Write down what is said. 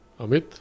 Amit